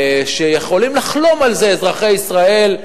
ועל זה יכולים לחלום אזרחי ישראל,